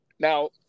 Now